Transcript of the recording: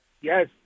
Yes